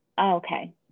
okay